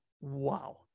Wow